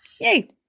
Yay